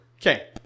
Okay